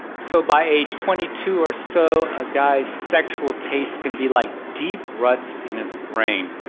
so, by age twenty two or so a guy's sexual taste can be like deep ruts in his brain.